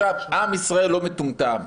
עם ישראל לא מטומטם.